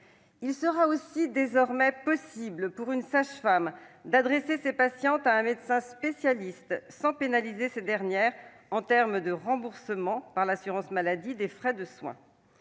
Il sera aussi désormais possible pour une sage-femme d'adresser ses patientes à un médecin spécialiste, sans pénaliser ces dernières pour ce qui est du remboursement des soins par l'assurance maladie. Il s'agit d'une